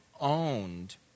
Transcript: owned